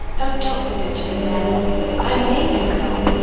oh, don't be good to me, mammy i made him go,